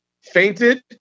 fainted